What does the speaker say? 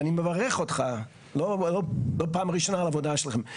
ואני מברך אותך לא פעם ראשונה על העבודה שלכם,